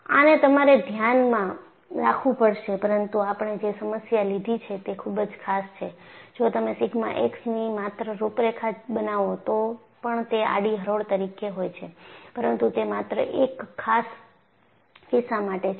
આને તમારે ધ્યાનમાં રાખવું પડશે પરંતુ આપણે જે સમસ્યા લીધી છે તે ખૂબ જ ખાસ છે જો તમે સિગ્મા x ની માત્ર રૂપરેખા બનાવો તો પણ તે આડી હરોળ તરીકે હોય છે પરંતુ તે માત્ર એક ખાસ કિસ્સા માટે છે